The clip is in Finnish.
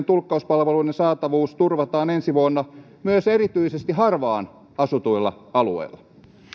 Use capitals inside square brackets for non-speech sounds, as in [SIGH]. [UNINTELLIGIBLE] tulkkauspalveluiden saatavuus turvataan ensi vuonna myös erityisesti harvaan asutuilla alueilla